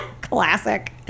Classic